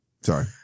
sorry